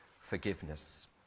forgiveness